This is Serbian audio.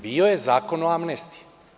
Bio je zakon o amnestiji.